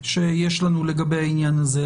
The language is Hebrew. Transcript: שיש לנו לגבי העניין הזה.